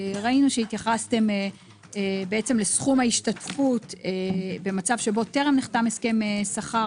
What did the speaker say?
ראינו שהתייחסתם לסכום ההשתתפות במצב שבו טרם נחתם הסכם שכר